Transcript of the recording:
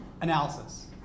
Analysis